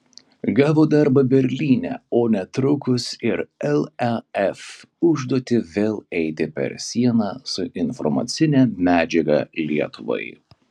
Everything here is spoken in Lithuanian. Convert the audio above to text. gavo darbo berlyne o netrukus ir laf užduotį vėl eiti per sieną su informacine medžiaga lietuvai